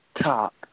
top